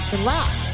Relax